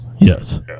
Yes